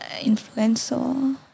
influencer